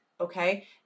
Okay